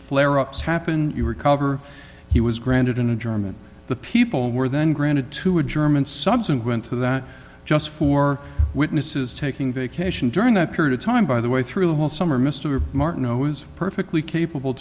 flare ups happen you recover he was granted an adjournment the people were then granted to a germ and subsequent to that just for witnesses taking vacation during that period of time by the way through the whole summer mr martin was perfectly capable